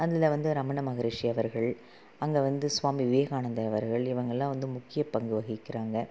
அதில் வந்து ரமண மஹரிஷி அவர்கள் அங்கே வந்து சுவாமி விவேகானந்தர் அவர்கள் இவங்கெல்லாம் வந்து முக்கிய பங்கு வகிக்கிறாங்க